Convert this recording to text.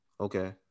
Okay